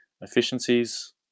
efficiencies